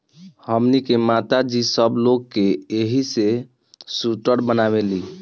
हमनी के माता जी सब लोग के एही से सूटर बनावेली